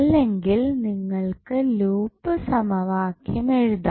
അല്ലെങ്കിൽ നിങ്ങൾക്ക് ലൂപ്പ് സമവാക്യം എഴുതാം